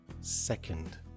second